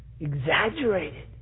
exaggerated